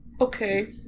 Okay